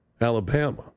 Alabama